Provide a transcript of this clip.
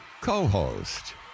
Co-host